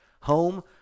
Home